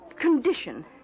condition